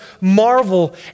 marvel